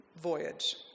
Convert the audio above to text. voyage